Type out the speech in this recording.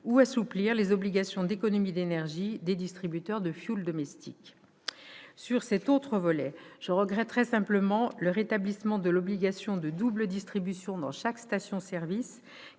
ou assouplir les obligations d'économies d'énergie des distributeurs de fioul domestique. Sur cet autre volet, je regretterai simplement le rétablissement de l'obligation de double distribution dans chaque station-service